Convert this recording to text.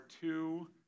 two